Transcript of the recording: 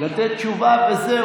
לתת תשובה וזהו.